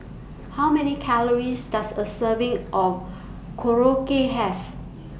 How Many Calories Does A Serving of Korokke Have